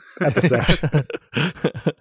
episode